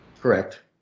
correct